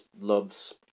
loves